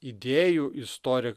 idėjų istorija